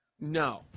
No